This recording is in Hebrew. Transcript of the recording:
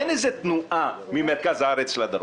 אין איזו תנועה ממרכז הארץ לדרום.